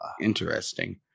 interesting